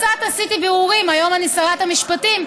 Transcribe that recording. עשיתי קצת בירורים היום אני שרת המשפטים,